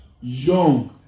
Young